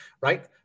right